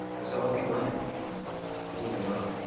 there's all the people in it, or who they are.